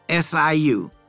SIU